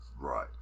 Right